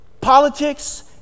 Politics